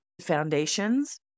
foundations